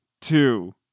two